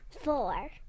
Four